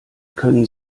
können